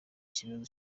kibazo